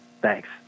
Thanks